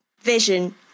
vision